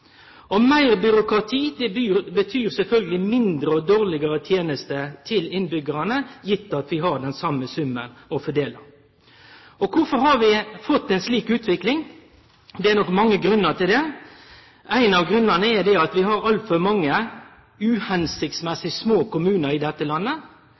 Og meir byråkrati betyr sjølvsagt mindre og dårlegare tenester til innbyggjarane, gitt at vi har den same summen å fordele. Kvifor har vi fått ei slik utvikling? Det er nok mange grunnar til det. Ein av grunnane er at vi har altfor mange uhensiktsmessig små kommunar i dette landet.